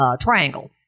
triangle